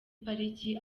pariki